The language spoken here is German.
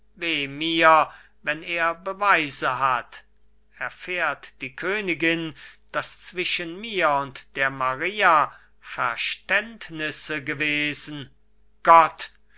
wenn er beweise hat erfährt die königin daß zwischen mir und der maria verständnisse gewesen gott